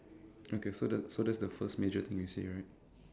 okay so the so that's the first major thing you see right